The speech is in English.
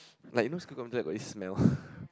like you know school computer lab got this smell